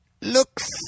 looks